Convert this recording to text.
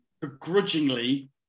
begrudgingly